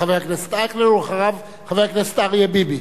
חבר הכנסת אייכלר, ואחריו, חבר הכנסת אריה ביבי.